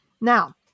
Now